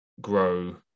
grow